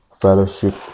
Fellowship